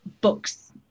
books